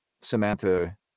Samantha